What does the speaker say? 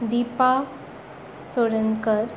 Dipa Chodankar